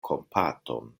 kompaton